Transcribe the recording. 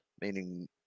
meaning